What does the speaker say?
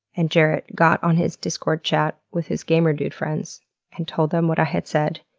and jarrett got on his discord chat with his gamer dude friends and told them what i had said,